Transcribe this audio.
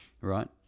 right